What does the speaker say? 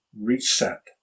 reset